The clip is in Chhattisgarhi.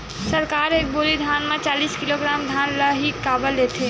सरकार एक बोरी धान म चालीस किलोग्राम धान ल ही काबर लेथे?